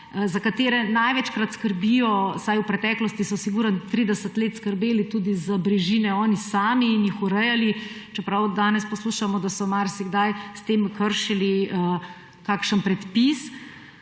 za katere največkrat skrbijo, vsaj v preteklosti so sigurno 30 let skrbeli tudi za brežine oni sami in jih urejali, čeprav danes poslušamo, da so marsikdaj s tem kršili kakšen predpis.